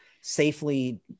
safely